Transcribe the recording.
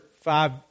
five